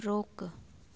रोकु